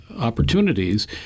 opportunities